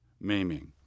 maiming